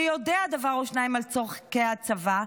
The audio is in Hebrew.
שיודע דבר או שניים על צורכי הצבא,